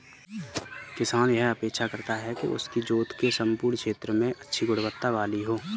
किसान यह अपेक्षा करता है कि उसकी जोत के सम्पूर्ण क्षेत्र में अच्छी गुणवत्ता वाली हो